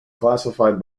classified